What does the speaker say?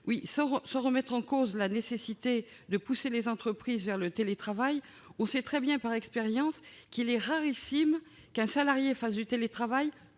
vote. Sans remettre en cause la nécessité de pousser les entreprises vers le télétravail, je signale qu'il est rarissime qu'un salarié fasse du télétravail